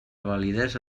validesa